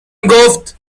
گفت